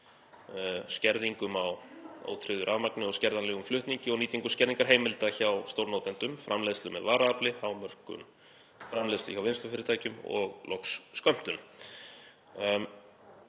skerðingum á ótryggðu rafmagni og skerðanlegum flutningi og nýtingu skerðingarheimilda hjá stórnotendum, framleiðslu með varaafli, hámörkun framleiðslu hjá vinnslufyrirtækjum og loks skömmtun.